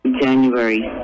January